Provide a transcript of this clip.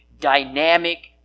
dynamic